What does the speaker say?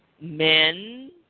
men